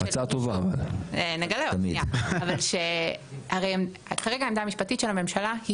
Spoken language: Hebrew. הצעה, כרגע העמדה המשפטית של הממשלה היא